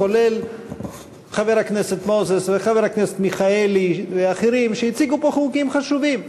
כולל חבר הכנסת מוזס וחבר הכנסת מיכאלי ואחרים שהציגו פה חוקים חשובים.